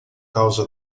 causa